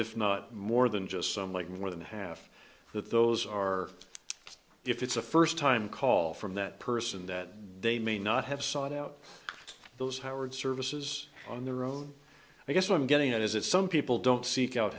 if not more than just some like me more than half that those are if it's a first time call from that person that they may not have sought out those howard services on the road i guess what i'm getting at is that some people don't seek out